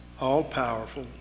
all-powerful